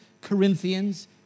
Corinthians